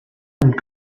und